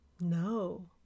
No